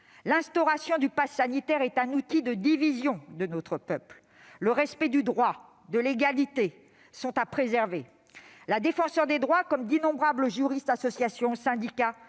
L'instauration du passe sanitaire est un outil de division de notre peuple. Le respect du droit et de l'égalité est à préserver. Comme d'innombrables juristes, associations et syndicats,